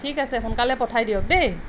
ঠিক আছে সোনকালে পঠাই দিয়ক দেই